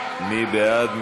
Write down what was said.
מי בעד?